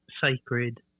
sacred